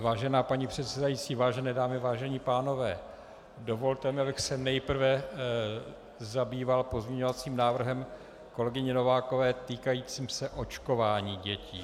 Vážená paní předsedající, vážené dámy, vážení pánové, dovolte mi, abych se nejprve zabýval pozměňovacím návrhem kolegyně Novákové týkajícím se očkování dětí.